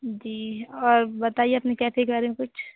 जी और बताइए अपने कैफै के बारे में कुछ